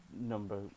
number